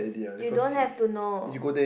you don't have to know